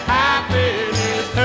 happiness